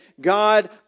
God